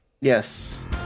yes